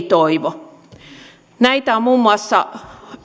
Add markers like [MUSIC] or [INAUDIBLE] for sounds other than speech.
[UNINTELLIGIBLE] toivo näitä ovat muun muassa